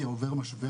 לכנסת ישראל ולמערכת